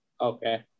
Okay